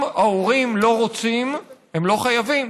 אם ההורים לא רוצים, הם לא חייבים.